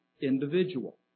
individual